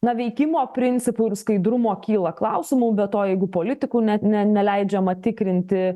na veikimo principų ir skaidrumo kyla klausimų be to jeigu politikų net ne neleidžiama tikrinti